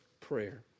prayer